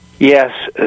Yes